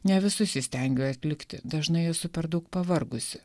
ne visus įstengiu atlikti dažnai esu per daug pavargusi